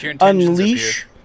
unleash